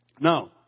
Now